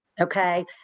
Okay